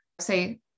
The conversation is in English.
say